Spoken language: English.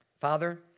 Father